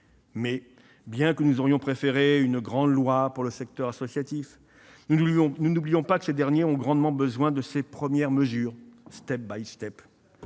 Même si nous aurions préféré une grande loi pour le secteur associatif, nous n'oublions pas que ce dernier a grandement besoin de ces premières mesures. ! Je